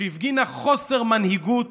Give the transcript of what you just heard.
שהפגינה חוסר מנהיגות